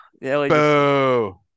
boo